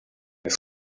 this